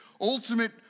ultimate